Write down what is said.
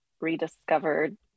rediscovered